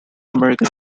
american